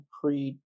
pre